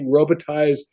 robotized